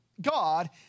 God